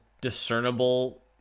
discernible